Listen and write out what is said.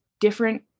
different